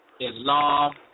Islam